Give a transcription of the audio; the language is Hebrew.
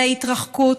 להתרחקות,